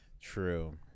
True